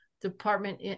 department